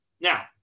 Now